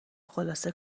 خلاصه